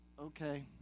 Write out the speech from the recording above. Okay